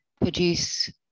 produce